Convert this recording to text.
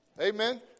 Amen